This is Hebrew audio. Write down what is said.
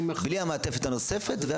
בלי המעטפת הנוספת?